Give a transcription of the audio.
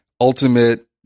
ultimate